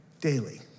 daily